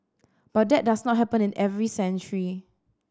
but that does not happen in every century